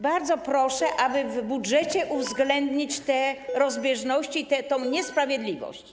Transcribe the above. Bardzo proszę, aby w budżecie uwzględnić te rozbieżności, tę niesprawiedliwość.